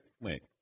Wait